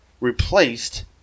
replaced